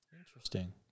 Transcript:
interesting